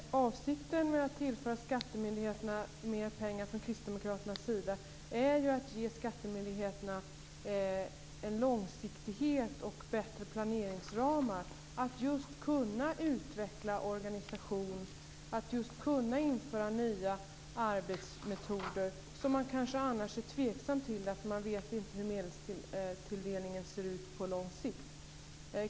Fru talman! Kristdemokraternas avsikt med att tillföra skattemyndigheterna mer pengar är att ge dem möjlighet till långsiktighet och bättre planeringsramar för att just kunna utveckla organisation och införa nya arbetsmetoder, som man annars kanske är tveksam till därför att man inte vet hur medelstilldelningen ser ut på lång sikt.